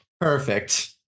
Perfect